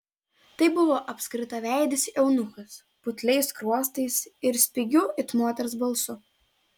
tai buvo apskritaveidis eunuchas putliais skruostais ir spigiu it moters balsu